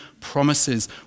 promises